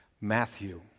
Matthew